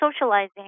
socializing